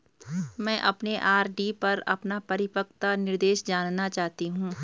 मैं अपने आर.डी पर अपना परिपक्वता निर्देश जानना चाहती हूँ